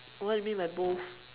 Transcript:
what do you mean by both